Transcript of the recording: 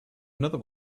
another